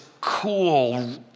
cool